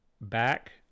back